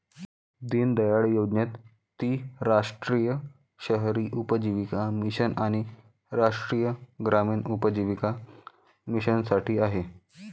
दीनदयाळ योजनेत ती राष्ट्रीय शहरी उपजीविका मिशन आणि राष्ट्रीय ग्रामीण उपजीविका मिशनसाठी आहे